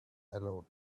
aloud